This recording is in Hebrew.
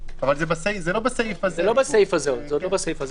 לא בסעיף הזה.